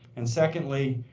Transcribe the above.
and secondly,